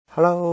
Hello